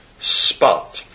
spot